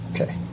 Okay